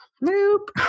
nope